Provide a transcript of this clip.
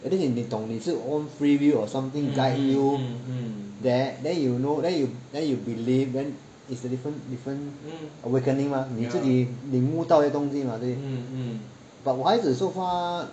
at else 你懂你是 you own freewill or something guide you there then you know then you then you believe then is the different different awakening mah 你自己领悟到一些东西 mah but 我孩子 so far